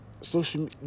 Social